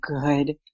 good